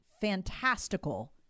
fantastical